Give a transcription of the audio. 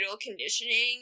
conditioning